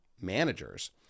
managers